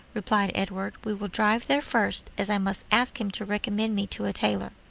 replied edward. we will drive there first, as i must ask him to recommend me to a tailor.